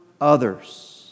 others